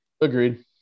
Agreed